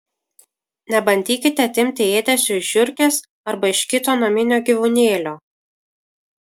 nebandykite atimti ėdesio iš žiurkės arba iš kito naminio gyvūnėlio